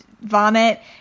vomit